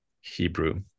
Hebrew